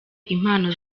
impano